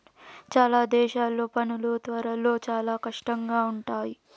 చాలా దేశాల్లో పనులు త్వరలో చాలా కష్టంగా ఉంటాయి